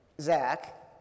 Zach